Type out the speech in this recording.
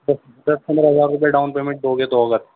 دس دس پندرہ ہزار روپے ڈاؤن پیمنٹ دو گے تو اگر